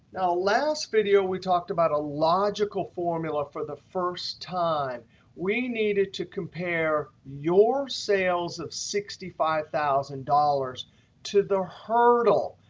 now, the last video we talked about a logical formula for the first time we needed to compare your sales of sixty five thousand dollars to the hurdle.